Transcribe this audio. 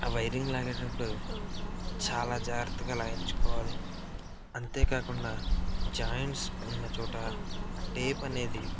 ఆ వైరింగ్ లాగేటప్పుడు చాలా జాగ్రత్తగా లాగించుకోవాలి అంతేకాకుండా జాయింట్స్ ఉన్నచోట టేప్ అనేది